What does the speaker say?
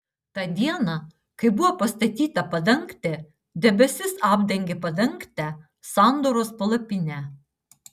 tą dieną kai buvo pastatyta padangtė debesis apdengė padangtę sandoros palapinę